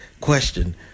question